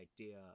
idea